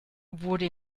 wurde